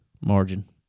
margin